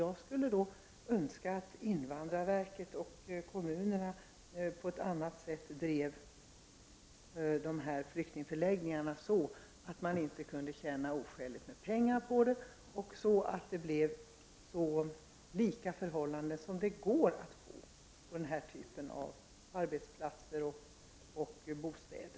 Jag skulle önska att invandrarverket och kommunerna kunde driva flyktingförläggningarna på så sätt att man inte kunde tjäna oskäligt mycket pengar på verksamheten och så att förhållandena bleve så likartade som möjligt när det gäller arbetsplatser och bostäder.